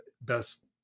best